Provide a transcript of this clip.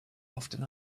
often